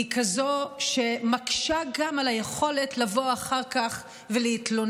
היא כזאת שמקשה גם על היכולת לבוא אחר כך ולהתלונן.